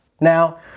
Now